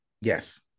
Yes